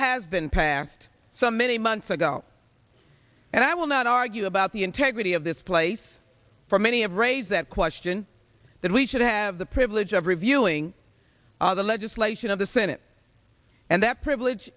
has been passed some many months ago and i will not argue about the integrity of this place for many of raise that question that we should have the privilege of reviewing the legislation of the senate and that privilege